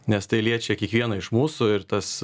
nes tai liečia kiekvieną iš mūsų ir tas